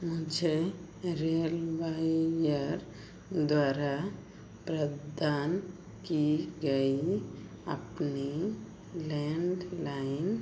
मुझे रेल द्वारा प्रदान की गई अप्पी लैंडलाइन